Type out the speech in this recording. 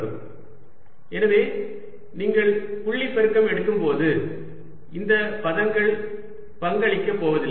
ds2xx2yy 3zzdydzx|front surfacexL22xx2yy 3zzdydz|backsurfacex l2 எனவே நீங்கள் புள்ளி பெருக்கல் எடுக்கும்போது இந்த பதங்கள் பங்களிக்கப் போவதில்லை